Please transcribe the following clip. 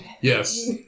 Yes